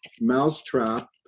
mousetrap